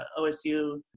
OSU